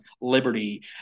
liberty